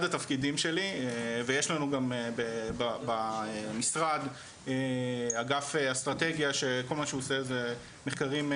התפקידים שלי ויש לנו גם במשרד אגף אסטרטגיה שכל מה שהוא עושה זה מחקרים,